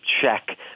check